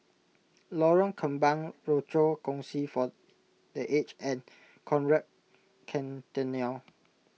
Lorong Kembang Rochor Kongsi for the Aged and Conrad Centennial